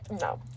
No